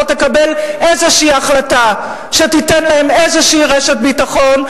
תקבל איזו החלטה שתיתן להם איזו רשת ביטחון,